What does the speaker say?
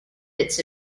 its